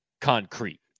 concrete